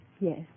Yes